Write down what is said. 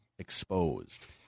exposed